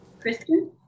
Kristen